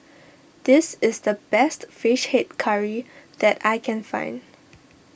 this is the best Fish Head Curry that I can find